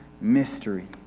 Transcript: mystery